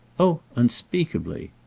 oh unspeakably!